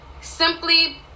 Simply